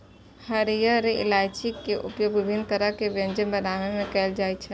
हरियर इलायची के उपयोग विभिन्न तरहक व्यंजन बनाबै मे कैल जाइ छै